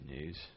news